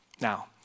Now